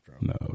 No